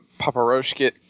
Paparoshkit